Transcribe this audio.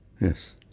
Yes